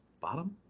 bottom